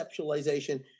conceptualization